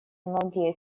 многие